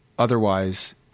otherwise